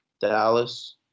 Dallas